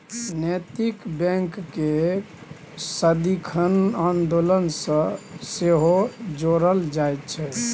नैतिक बैंककेँ सदिखन आन्दोलन सँ सेहो जोड़ल जाइत छै